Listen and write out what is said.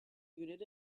unit